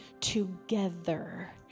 together